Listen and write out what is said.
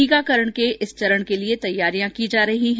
टीकाकरण के इस चरण के लिए तैयारियां की जा रही हैं